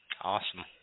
Awesome